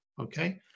okay